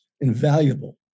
invaluable